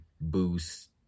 boost